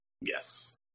yes